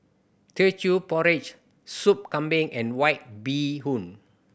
Teochew Porridge Soup Kambing and White Bee Hoon